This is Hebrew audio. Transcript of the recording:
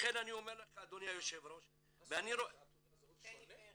לכן אני אומר לך אדוני היושב ראש --- עשו תעודת זהות שונה?